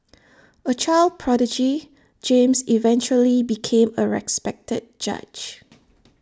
A child prodigy James eventually became A respected judge